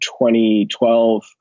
2012